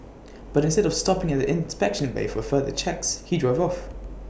but instead of stopping at the inspection bay for further checks he drove off